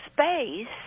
space